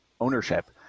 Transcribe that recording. ownership